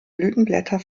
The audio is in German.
blütenblätter